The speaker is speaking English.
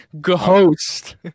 Ghost